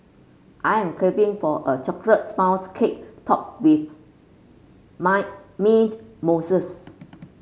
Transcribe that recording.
I am craving for a chocolate spouse cake topped with my mint mousses